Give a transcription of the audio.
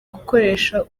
gukoresha